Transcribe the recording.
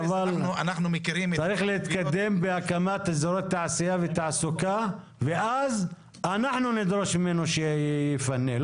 אבל צריך להתקדם בהקמת אזורי תעשיה ותעסוקה ואז אנחנו נדרוש ממנו שיפנה.